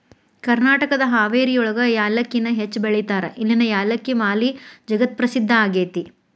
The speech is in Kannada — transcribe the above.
ಕರ್ನಾಟಕದ ಹಾವೇರಿಯೊಳಗ ಯಾಲಕ್ಕಿನ ಹೆಚ್ಚ್ ಬೆಳೇತಾರ, ಇಲ್ಲಿನ ಯಾಲಕ್ಕಿ ಮಾಲಿ ಜಗತ್ಪ್ರಸಿದ್ಧ ಆಗೇತಿ